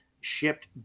shipped